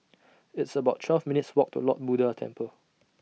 It's about twelve minutes' Walk to Lord Buddha Temple